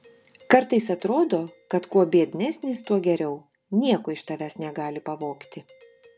kartais atrodo kad kuo biednesnis tuo geriau nieko iš tavęs negali pavogti